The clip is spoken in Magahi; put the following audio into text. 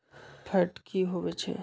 फैट की होवछै?